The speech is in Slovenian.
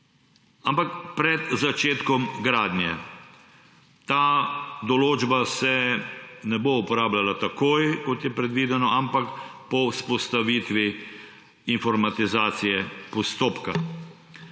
ampak pred začetkom gradnje. Ta določba se ne bo uporabljala takoj, kot je predvideno, ampak po vzpostavitvi informatizacije postopka.